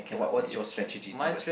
okay what what's your strategy